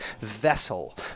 vessel